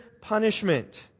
punishment